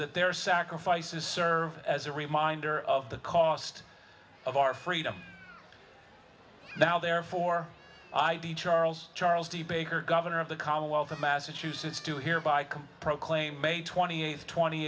that their sacrifices serve as a reminder of the cost of our freedom now therefore i be charles charles de baker governor of the commonwealth of massachusetts do hereby can proclaim may twenty eighth twenty